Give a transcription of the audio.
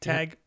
Tag